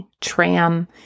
tram